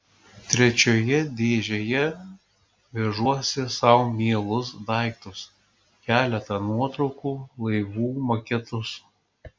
trečioje dėžėje vežuosi sau mielus daiktus keletą nuotraukų laivų maketus